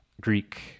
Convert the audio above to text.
Greek